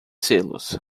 selos